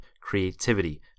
creativity